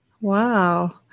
Wow